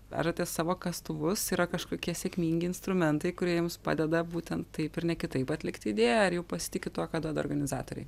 vežatės savo kastuvus yra kažkokie sėkmingi instrumentai kurie jums padeda būtent taip ir ne kitaip atlikt idėją ar jau pasitikit tuo ką duoda organizatoriai